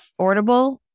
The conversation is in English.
affordable